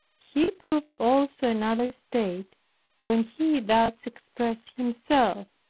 he proved also another state when he thus expressed himself,